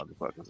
motherfuckers